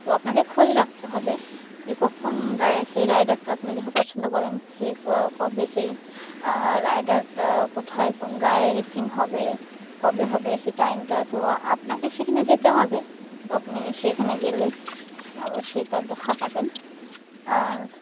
তো আপনাকে খোঁজ রাখতে হবে যে কখন রায় সেই রাইডারটা আপনি যাকে পছন্দ করেন সে ক কবে সেই রাইডারটা কোথায় কোন রায় রেসিং হবে কবে হবে সেই টাইমটা তো আপনাকে সেখানে যেতে হবে তো আপনি সেইখানে গেলে অবশ্যই তার দেখা পাবেন আর